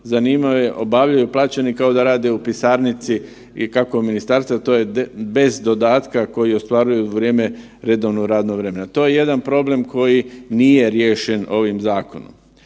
zanimanje obavljaju plaćeni kao da rade u pisarnici i kako ministarstva, to je bez dodatka koji ostvaruju u vrijeme redovnog radnog vremena. To je jedan problem koji nije riješen ovim zakonom.